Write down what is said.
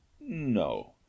no